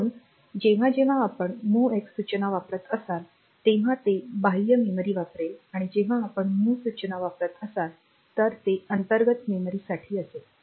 म्हणूनच जेव्हा जेव्हा आपण MOVX सूचना वापरत असाल तेव्हा ते बाह्य मेमरी वापरेल आणि जेव्हा आपण MOV सूचना वापरत असाल तर ते अंतर्गत मेमरीसाठी असेल